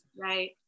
Right